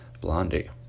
Blondie